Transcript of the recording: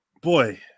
boy